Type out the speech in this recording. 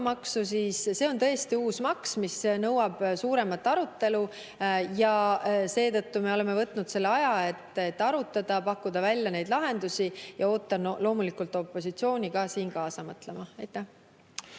see on tõesti uus maks, mis nõuab suuremat arutelu. Seetõttu me oleme võtnud selle aja, et arutada, pakkuda välja neid lahendusi ja ootan loomulikult opositsiooni ka siin kaasa mõtlema.